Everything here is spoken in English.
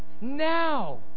Now